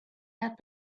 had